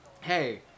Hey